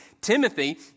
Timothy